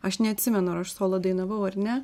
aš neatsimenu ar aš solo dainavau ar ne